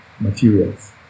materials